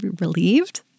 relieved